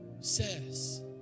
Says